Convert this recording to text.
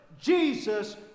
Jesus